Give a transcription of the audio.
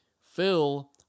Phil